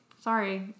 Sorry